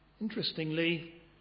Interestingly